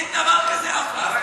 אין דבר כזה עם פלסטיני.